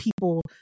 people